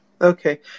Okay